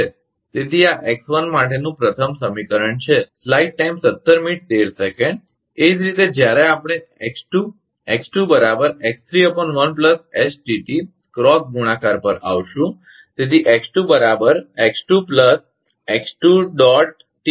તેથી આ ẋ1 માટેનું પ્રથમ સમીકરણ છે એ જ રીતે જ્યારે આપણે x2 x2 ક્રોસ ગુણાકાર પર આવીશું